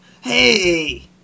Hey